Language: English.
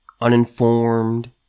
uninformed